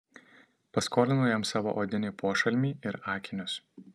paskolinau jam savo odinį pošalmį ir akinius